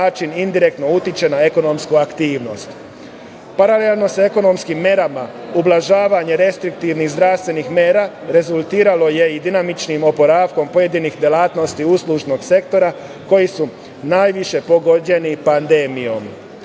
aktivnost. Paralelno sa ekonomskim merama, ublažavanje restriktivnih zdravstvenih mera rezultiralo je i dinamičnim oporavkom pojedinih delatnosti uslužnog sektora koji su najviše pogođeni pandemijom. Uspeh